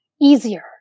easier